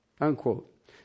unquote